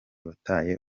wataye